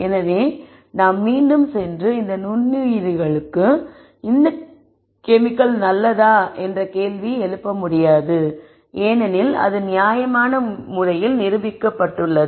எனவே நாம் மீண்டும் சென்று இந்த நுண்ணுயிரிகளுக்கு இந்த கெமிக்கல் நல்லதா என்று கேள்வி எழுப்ப முடியாது ஏனெனில் அது நியாயமான முறையில் நிரூபிக்கப்பட்டுள்ளது